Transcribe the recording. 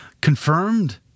confirmed